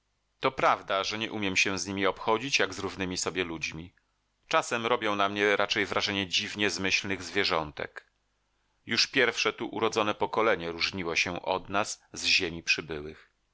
to prawda że nie umiem się z nimi obchodzić jak z równymi sobie ludźmi czasem robią na mnie raczej wrażenie dziwnie zmyślnych zwierzątek już pierwsze tu urodzone pokolenie różniło się od nas z ziemi przybyłych